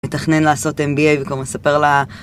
מתכנן לעשות NBA וכל מה, ספר לה...